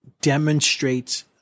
demonstrate